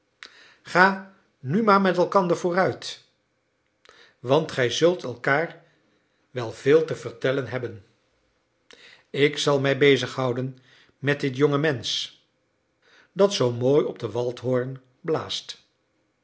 ga nu maar met elkander vooruit want gij zult elkaar wel veel te vertellen hebben ik zal mij bezighouden met dit jonge mensch dat zoo mooi op den waldhoren blaast